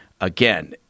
again